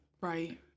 Right